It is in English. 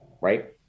Right